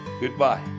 Goodbye